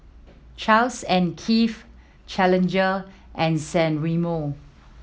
Charles and Keith Challenger and San Remo